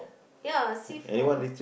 ya sea floor